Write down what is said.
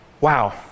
wow